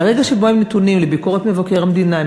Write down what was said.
מהרגע שבו הם נתונים לביקורת מבקר המדינה,